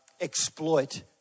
exploit